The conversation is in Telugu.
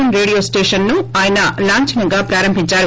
ఎం రేడియో స్టేషన్ ను ఆయన లాంఛనంగా ప్రారంభించారు